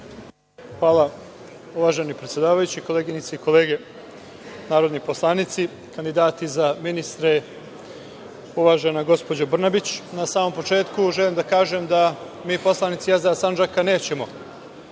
Hvala uvaženi predsedavajući. Koleginice i kolege narodni poslanici, kandidati za ministre, uvažena gospođo Brnabić, na samom početku želim da kažem da mi poslanici SDS Sandžak nećemo